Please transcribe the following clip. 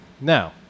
Now